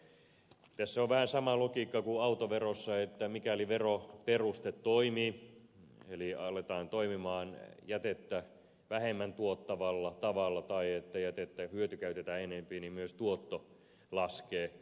tässä on vähän sama logiikka kuin autoverossa että mikäli veroperuste toimii eli aletaan toimia jätettä vähemmän tuottavalla tavalla tai jätteitä hyötykäytetään enemmän myös tuotto laskee